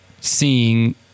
seeing